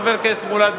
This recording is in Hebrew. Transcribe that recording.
חבר הכנסת מולה,